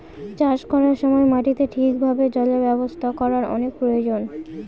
চাষ করার সময় মাটিতে ঠিক ভাবে জলের ব্যবস্থা করার অনেক প্রয়োজন